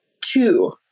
two